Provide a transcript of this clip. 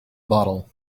bottle